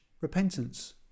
repentance